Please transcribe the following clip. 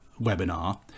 webinar